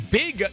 big